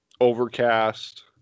overcast